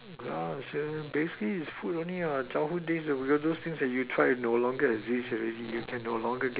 !wah! sure basically is food only what childhood days all those things that you try no longer exist already you can no longer